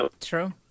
true